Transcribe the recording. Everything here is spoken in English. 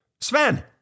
Sven